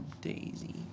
Daisy